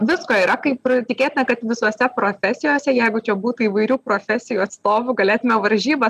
visko yra kaip ir tikėta kad visose profesijose jeigu čia būtų įvairių profesijų atstovų galėtume varžybas